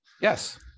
Yes